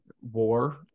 war